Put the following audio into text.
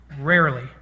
Rarely